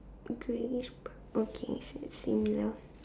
greyish purple K so it's similar